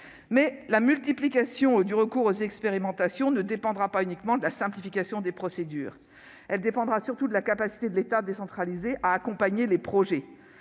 Mais la multiplication du recours aux expérimentations ne dépendra pas uniquement de la simplification des procédures. Elle dépendra surtout de la capacité de l'État décentralisé à accompagner les projets.